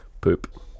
Poop